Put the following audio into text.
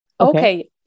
Okay